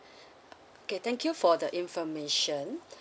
okay thank you for the information